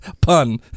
pun